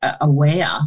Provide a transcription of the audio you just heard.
aware